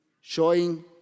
showing